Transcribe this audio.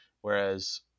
whereas